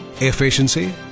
efficiency